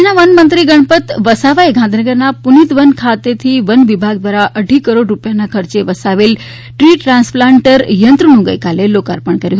રાજ્યના વન મંત્રી ગણપત વસાવાએ ગાંધીનગરના પુનિત વન ખાતેથી વન વિભાગ દ્વારા અટ્ટી કરોડ રૂપિયાના ખર્ચે વસાવેલ દ્રી ટ્રાન્સ્પ્લાન્ટર યંત્રનું ગઇકાલે લોકાર્પણ કર્યું